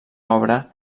obra